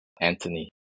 Anthony